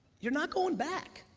you're not going back.